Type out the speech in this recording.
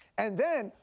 and then,